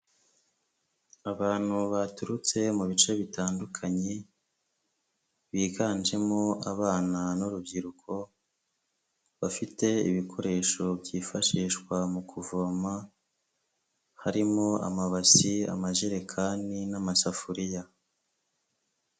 Abantu baturutse mu bice bitandukanye, biganjemo abana n'urubyiruko, bafite ibikoresho byifashishwa mu kuvoma, harimo amabasi, amajerekani n'amasafuriya.